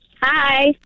Hi